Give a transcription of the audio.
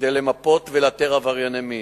כדי למפות ולאתר עברייני מין,